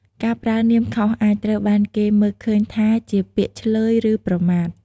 ការប្រើនាមខុសអាចត្រូវបានគេមើលឃើញថាជាពាក្យឈ្លើយឬប្រមាថ។